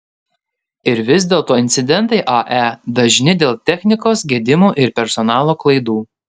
ir vis dėlto incidentai ae dažni dėl technikos gedimų ir personalo klaidų